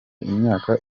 imyaka